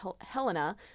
helena